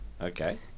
Okay